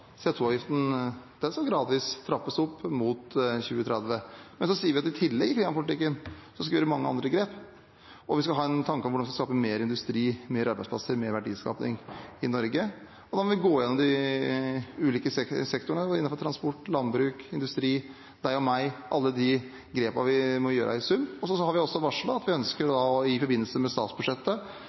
skal gradvis trappes opp mot 2030. Så sier vi at vi i tillegg skal gjøre mange andre grep i klimapolitikken, og vi skal ha en tanke om hvordan vi skal skape mer industri, flere arbeidsplasser, mer verdiskaping i Norge. Da må vi gå gjennom de ulike sektorene innenfor transport, landbruk, industri, deg og meg, alle de grepene vi må gjøre i sum. Vi har også varslet at vi i forbindelse med statsbudsjettet